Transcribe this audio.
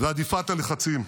והדיפת הלחצים.